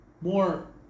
more